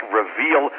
reveal